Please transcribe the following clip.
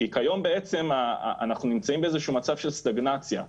כי כיום בעצם אנחנו נמצאים באיזשהו מצב של סטגנציה.